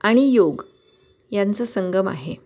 आणि योग यांचं संगम आहे